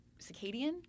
circadian